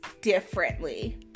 differently